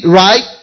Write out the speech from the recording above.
right